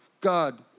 God